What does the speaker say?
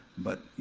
but you